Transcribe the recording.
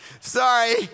sorry